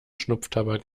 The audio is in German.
schnupftabak